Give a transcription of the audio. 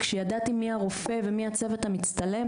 כשידעתי מי הרופא ומי הצוות המצטלם